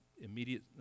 Immediate